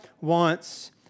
wants